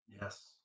Yes